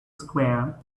square